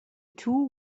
two